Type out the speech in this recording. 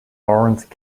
lawrence